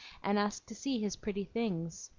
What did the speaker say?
and ask to see his pretty things.